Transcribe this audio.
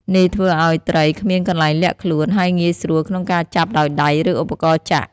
នេះធ្វើឲ្យត្រីគ្មានកន្លែងលាក់ខ្លួន ហើយងាយស្រួលក្នុងការចាប់ដោយដៃ ឬឧបករណ៍ចាក់។